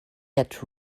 yet